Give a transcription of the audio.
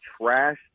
trash